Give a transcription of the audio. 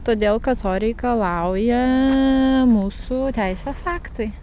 todėl kad to reikalauja mūsų teisės aktai